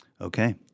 Okay